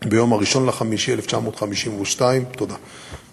ביום 1 במאי 1952. תודה.